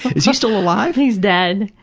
is he still alive? he is dead.